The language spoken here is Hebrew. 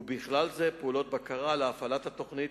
ובכלל זה פעולות בקרה על הפעלת התוכנית